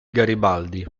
garibaldi